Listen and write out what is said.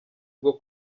bwo